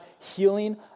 healing